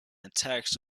attacks